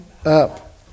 Up